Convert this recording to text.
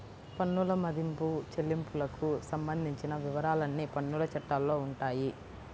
పన్నుల మదింపు, చెల్లింపులకు సంబంధించిన వివరాలన్నీ పన్నుల చట్టాల్లో ఉంటాయి